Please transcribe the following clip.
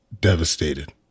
devastated